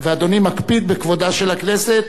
ואדוני מקפיד בכבודה של הכנסת